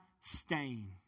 stain